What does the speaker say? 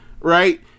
right